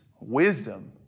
wisdom